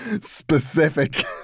specific